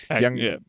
young